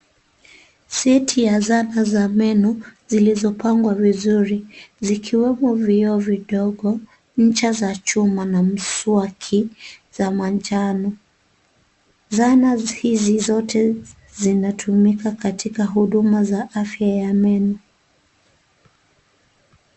Seti ya zana za memo zilizopangwa vizuri zikiwemo vioo vidogo ncha za chuma na mswaki za manjano. Zana hizi zote zinatumika katika huduma za afya ya meno.